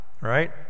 right